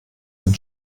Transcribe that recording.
den